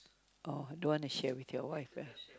oh don't want to share with your wife ah